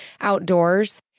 outdoors